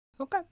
Okay